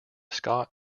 scott